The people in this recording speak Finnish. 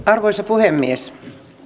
arvoisa puhemies